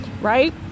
right